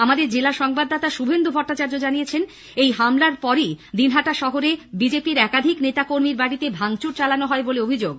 আমাদের জেলা সংবাদদাতা শুভেন্দু ভট্টাচার্য জানিয়েছেন এই হামলার পরই দিনহাটা শহরে বিজেপি র একাধিক নেতা কর্মীর বাড়িতে ভাঙচুর চালানো হয় বলে অভিযোগ